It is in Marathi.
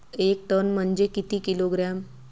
एक टन म्हनजे किती किलोग्रॅम?